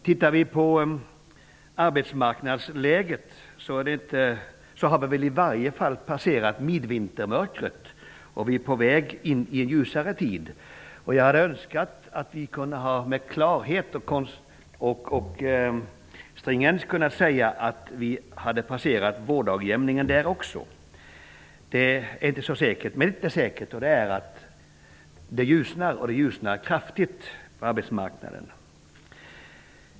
Tittar vi på arbetsmarknadsläget, finner vi att vi väl i varje fall har passerat midvintermörkret och är på väg in i ljusare tid. Jag hade önskat att vi med klarhet och stringens kunnat säga att vi har passerat vårdagjämningen där också. Det är inte så säkert att vi har gjort det, men ett är säkert, och det är att det ljusnar och att det ljusnar kraftigt på arbetsmarknaden.